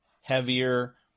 heavier